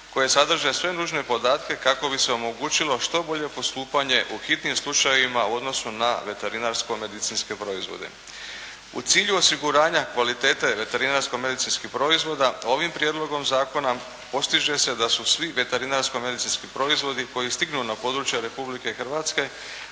koje sadrže sve nužne podatke kako bi se omogućilo što bolje postupanje u hitnim slučajevima u odnosu na veterinarsko-medicinske proizvode. U cilju osiguranja kvalitete veterinarsko-medicinskih proizvoda ovim prijedlogom zakona postiže se da su svi veterinarsko-medicinski proizvodi koji stignu na područja Republike Hrvatske